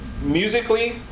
musically